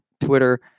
Twitter